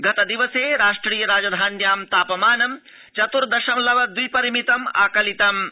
गतदिवसे राष्ट्रिय राजधान्यां तापमानं चतुर्दशमलव द्वि परिमितम् आकलितम्